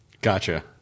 Gotcha